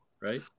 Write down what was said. right